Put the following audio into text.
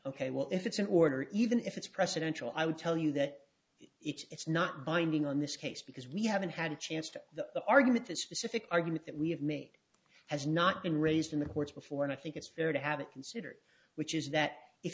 ok well if it's an order even if it's presidential i would tell you that it's not binding on this case because we haven't had a chance to the argument to specific argument that we have made has not been raised in the courts before and i think it's fair to have it considered which is that if